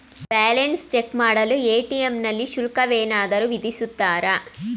Balance check ಮಾಡಲು ATM ನಲ್ಲಿ ಶುಲ್ಕವೇನಾದರೂ ವಿಧಿಸುತ್ತಾರಾ?